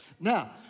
Now